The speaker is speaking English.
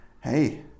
hey